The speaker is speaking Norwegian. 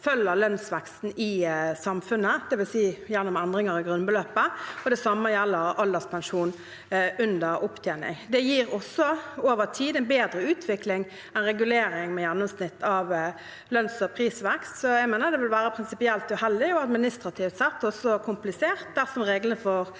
følger lønnsveksten i samfunnet, dvs. gjennom endringer i grunnbeløpet. Det samme gjelder alderspensjon under opptjening. Det gir også over tid en bedre utvikling enn regulering med gjennomsnitt av lønns- og prisvekst. Så jeg mener det ville være prinsipielt uheldig og administrativt sett også komplisert dersom reglene for